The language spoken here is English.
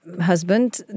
husband